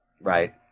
Right